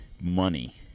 money